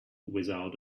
without